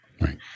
Right